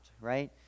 right